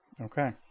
Okay